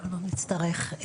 לא נצטרך.